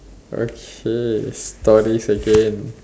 okay stories again